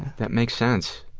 that makes sense.